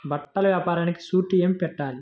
బట్టల వ్యాపారానికి షూరిటీ ఏమి పెట్టాలి?